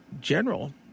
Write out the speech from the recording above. general